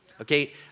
Okay